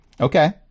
Okay